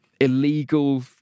illegal